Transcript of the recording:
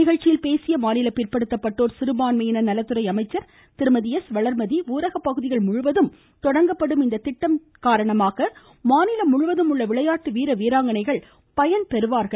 நிகழ்ச்சியில் பேசிய மாநில பிற்படுத்தப்பட்டோர் மற்றும் சிறுபான்மையினர் நலத்துறை அமைச்சர் திருமதி எஸ் வளர்மதி ஊரக பகுதிகள் முழுவதும் தொடங்கப்படும் இத்திட்டம் காரணமாக மாநிலம் முழுவதும் உள்ள விளையாட்டு வீர வீராங்கனைகள் பயன்பெறுவார்கள் என்றார்